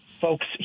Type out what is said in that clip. folks